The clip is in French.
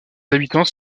habitants